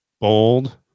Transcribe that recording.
bold